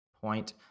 point